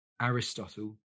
Aristotle